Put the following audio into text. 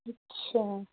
اچھا